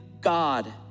God